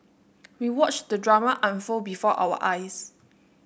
we watched the drama unfold before our eyes